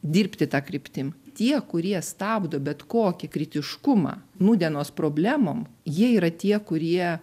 dirbti ta kryptim tie kurie stabdo bet kokį kritiškumą nūdienos problemom jie yra tie kurie